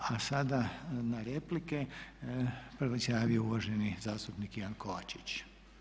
A sada na replike, prvi se javio uvaženi zastupnik Ivan Kovačić.